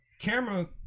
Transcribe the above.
camera